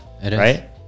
Right